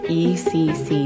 ecc